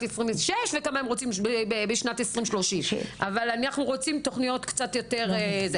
2026 ובשנת 2030. אבל אנחנו רוצים תוכניות קצת יותר.